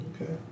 Okay